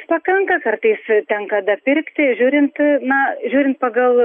pakanka kartais tenka dapirkti žiūrint na žiūrint pagal